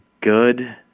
good